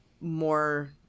more